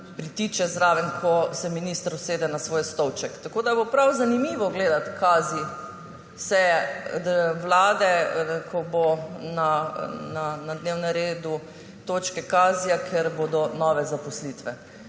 pritiče zraven, ko se minister usede na svoj stolček. Tako da bo prav zanimivo gledati seje Vlade, ko bo na dnevnem redu točka KAZI, ker bodo nove zaposlitve.